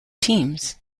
teams